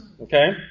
Okay